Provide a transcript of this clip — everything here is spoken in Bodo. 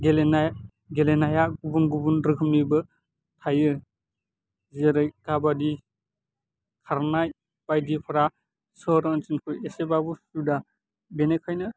गेलेनाय गेलेनाया गुबुन गुबुन रोखोमनिबो थायो जेरै खाबादि खारनाय बायदिफोरा सहर ओनसोलनिफ्राय इसेबाबो जुदा बेनिखायनो